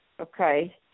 okay